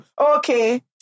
Okay